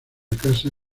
casa